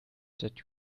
that